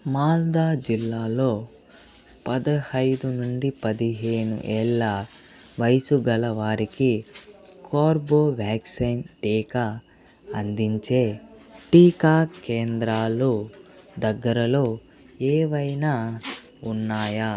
మాల్దా జిల్లాలో పదిహేను నుండి పదిహేడు ఏళ్ళ వయసుగల వారికి కార్బోవ్యాక్సిన్ టీకా అందించే టీకా కేంద్రాలు దగ్గరలో ఏమైనా ఉన్నాయా